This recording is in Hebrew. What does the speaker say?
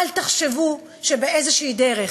אל תחשבו שבאיזושהי דרך